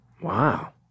Wow